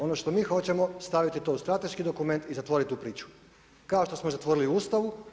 Ono što mi hoćemo staviti to u strateški dokument i zatvoriti tu priču kao što smo zatvorili u Ustavu.